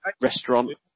restaurant